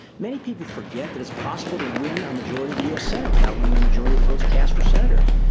many people forget that it's possible to win a majority of the u. s. senate without winning a majority of the votes cast for senators.